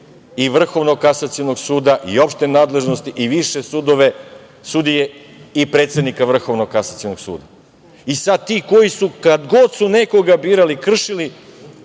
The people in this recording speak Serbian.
i Vrhovnog kasacionog suda i opšte nadležnosti i više sudije i predsednika Vrhovnog kasacionog suda i sad ti koji su kad god su nekoga birali kršili